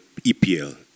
EPL